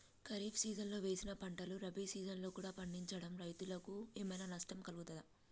ఖరీఫ్ సీజన్లో వేసిన పంటలు రబీ సీజన్లో కూడా పండించడం రైతులకు ఏమైనా నష్టం కలుగుతదా?